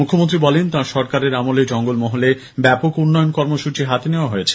মুখ্যমন্ত্রী বলেন তাঁর সরকারের আমলে জঙ্গলমহলে ব্যাপক উন্নয়ন কর্মসৃচী নেওয়া হয়েছে